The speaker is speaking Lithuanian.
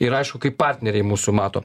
ir aišku kaip partneriai mūsų mato